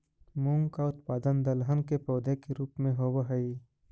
मूंग का उत्पादन दलहन के पौधे के रूप में होव हई